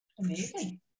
Amazing